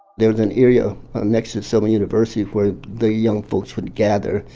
there was an area next to selma university where the young folks would gather.